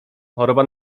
choroba